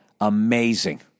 amazing